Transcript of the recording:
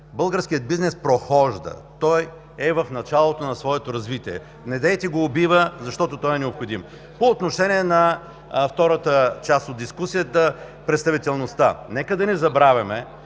Българският бизнес прохожда, той е в началото на своето развитие. Недейте го убива, защото е необходим. По отношение на втората част от дискусията – представителността. Нека да не забравяме,